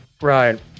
Right